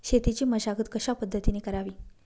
शेतीची मशागत कशापद्धतीने करावी?